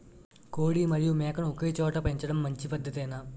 కోడి మరియు మేక ను ఒకేచోట పెంచడం మంచి పద్ధతేనా?